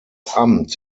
amt